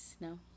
no